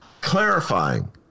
clarifying